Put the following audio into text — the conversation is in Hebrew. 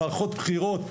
במערכות בחירות,